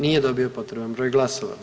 Nije dobio potreban broj glasova.